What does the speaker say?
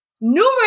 numerous